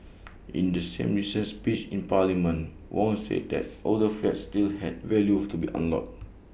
in the same recent speech in parliament Wong said that older flats still had value to be unlocked